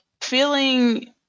feeling